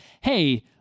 hey